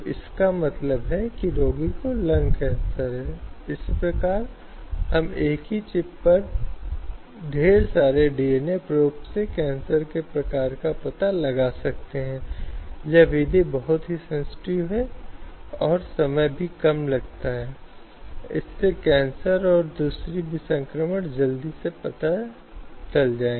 इस मुद्दे के मूल में यह है कि कोई भी महिला जैसा कि हमने कहा है कि संविधान समानता की गारंटी देता है कोई भेदभावपूर्ण व्यवहार नहीं करता है यह महत्वपूर्ण है कि यदि कोई महिला कार्यस्थल पर है तो उसे काम करने के लिए एक सकुशल और सुरक्षित वातावरण दिया जाना चाहिए प्रदर्शन करने के लिए और किसी भी प्रकार की मनमानी विध्वंस अपमानजनक प्रथाओं को नहीं किया जा सकता है जो उस पर डाल दिया गया है